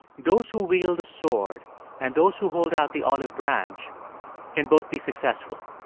those who wield a sword and those who hold out the olive branch can both be successful.